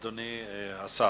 אדוני השר.